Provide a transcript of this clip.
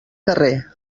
carrer